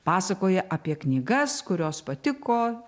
pasakoja apie knygas kurios patiko